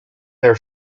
their